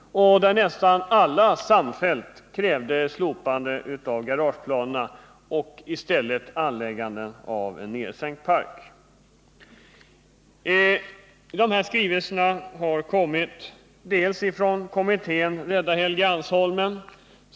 I nästan samtliga dessa krävdes ett slopande av garageplanerna till förmån för anläggandet av en nedsänkt park. En skrivelse har kommit från kommittén Rädda Helgeandsholmen.